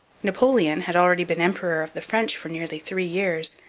napoleon had already been emperor of the french for nearly three years,